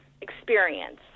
experience